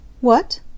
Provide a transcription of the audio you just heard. What